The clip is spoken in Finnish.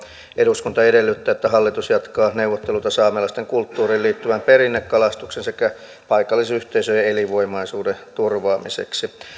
eduskunta edellyttää että hallitus jatkaa neuvotteluita saamelaisten kulttuuriin liittyvän perinnekalastuksen sekä paikallisyhteisöjen elinvoimaisuuden turvaamiseksi